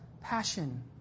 passion